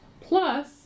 plus